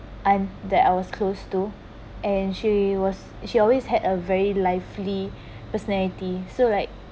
I'm that I was close to and she was she always had a very lively personality so like